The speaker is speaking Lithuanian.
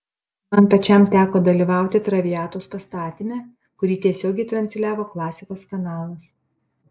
man pačiam teko dalyvauti traviatos pastatyme kurį tiesiogiai transliavo klasikos kanalas